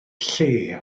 lle